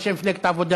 אנשי מפלגת העבודה,